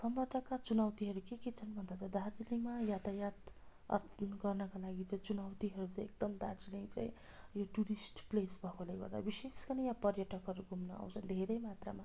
समताका चुनौतीहरू के के छन् भन्दा चाहिँ दार्जिलिङमा यातायात गर्नका लागि चाहिँ चुनौतीहरू चाहिँ एकदम दार्जिलिङ चाहिँ यो टुरिस्ट प्लेस भएकोले गर्दा विशेष गरी यहाँ पर्यटकहरू घुम्न आउँछन् धेरै मात्रामा